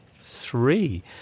three